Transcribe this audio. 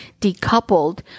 decoupled